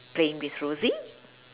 playing with rosie